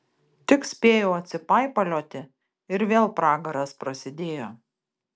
tik spėjau atsipaipalioti ir vėl pragaras prasidėjo